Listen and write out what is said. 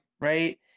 right